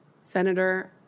Senator